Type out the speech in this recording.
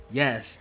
yes